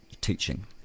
teaching